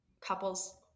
couples